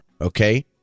Okay